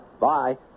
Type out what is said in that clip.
Bye